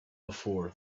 before